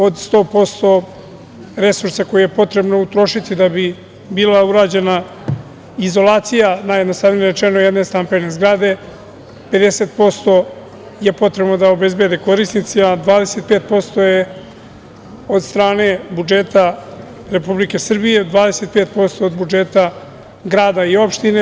Od 100% resursa koje je potrebno utrošiti da bi bila urađena izolacija, najjednostavnije rečeno, jedne stambene zgrade, 50% je potrebno da obezbede korisnici, a 25% je od strane budžeta Republike Srbije, 25% od budžeta grada i opštine.